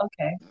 Okay